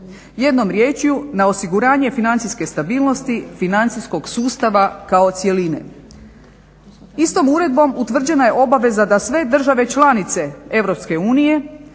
Jednom riječju, na osiguranje financijske stabilnosti financijskog sustava kao cjeline. Istom uredbom utvrđena je obaveza da sve države članice EU